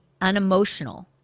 unemotional